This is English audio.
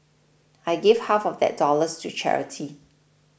I gave half of that dollars to charity